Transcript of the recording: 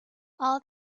all